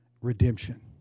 Redemption